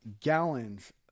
gallons